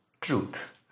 truth